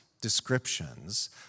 descriptions